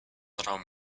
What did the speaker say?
raum